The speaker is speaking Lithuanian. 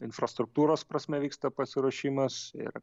infrastruktūros prasme vyksta pasiruošimas ir